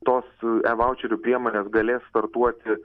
tos e vaučerių priemonės galės startuoti